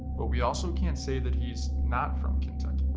but we also can't say that he's not from kentucky.